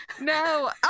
No